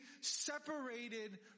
separated